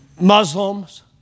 Muslims